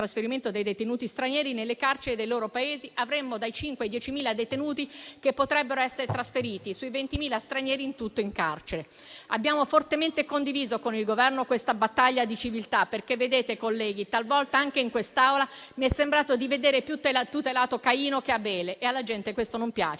dei detenuti stranieri nelle carceri dei loro Paesi, avremmo dai 5.000 ai 10.000 detenuti che potrebbero essere trasferiti sui 20.000 stranieri in tutto in carcere. Abbiamo fortemente condiviso con il Governo questa battaglia di civiltà, perché, vedete, colleghi, talvolta anche in quest'Aula mi è sembrato di vedere più tutelato Caino che Abele e alla gente questo non piace.